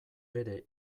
bere